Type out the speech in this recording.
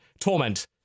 Torment